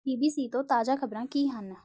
B B C ਤੋਂ ਤਾਜ਼ਾ ਖ਼ਬਰਾਂ ਕੀ ਹਨ